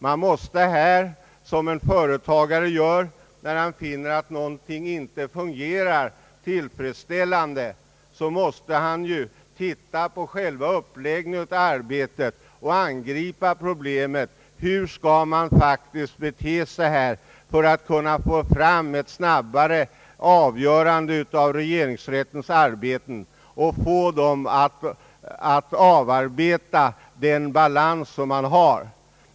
Man måste här, som en företagare gör när han finner att någonting inte fungerar tillfredsställande, titta på själva uppläggningen av arbetet och angripa problemet, det vill säga i detta fall fråga sig hur man skall bete sig för att få fram ett snabbare avgörande av regeringsrättens arbete så att man kan avarbeta den balans man har.